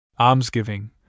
almsgiving